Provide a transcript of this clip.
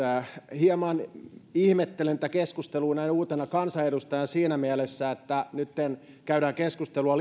hieman ihmettelen tätä keskustelua näin uutena kansanedustajana siinä mielessä että nytten käydään keskustelua